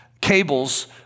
cables